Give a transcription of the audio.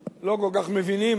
לא כל כך מבינים,